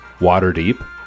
Waterdeep